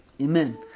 Amen